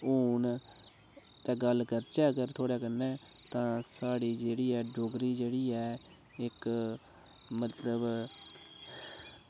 हून ते गल्ल करचै अगर थुआढ़े कन्नै तां साढ़ी जेहड़ी ऐ डोगरी जेहड़ी ऐ इक मतलब